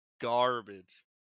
garbage